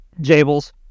Jables